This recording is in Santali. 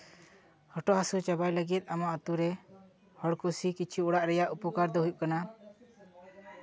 ᱦᱚᱴᱚᱜ ᱦᱟᱹᱥᱩ ᱪᱟᱵᱟᱭ ᱞᱟᱹᱜᱤᱫ ᱟᱢᱟᱜ ᱟᱹᱛᱩᱨᱮ ᱦᱚᱲ ᱠᱩᱥᱤ ᱠᱤᱪᱷᱩ ᱚᱲᱟᱜ ᱨᱮᱭᱟᱜ ᱩᱯᱚᱠᱟᱨ ᱫᱚ ᱦᱩᱭᱩᱜ ᱠᱟᱱᱟ